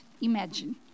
imagine